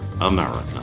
America